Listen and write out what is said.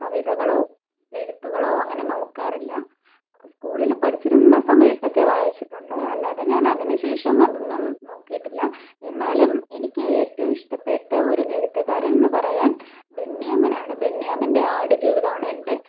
കവിതകളോ എഴുത്തുകളോ അങ്ങനെ നോക്കാറില്ല സ്കൂളിൽ പഠിച്ചിരുന്ന സമയത്തൊക്കെ വായിച്ചിട്ടുണ്ട് അല്ലാതെ അതിന് ശേഷം അതൊന്നും നോക്കിയിട്ടില്ല എന്നാലും എനിക്ക് ഏറ്റവും ഇഷ്ടപ്പെട്ട ഒരു എഴുത്തുകാരനെന്ന് പറയാൻ ബെന്യാമിനാണ് ബെന്യാമിൻ്റെ ആടുജീവിതം ആണ് എൻ്റെ